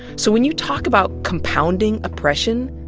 so when you talk about compounding oppression,